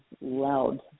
loud